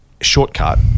shortcut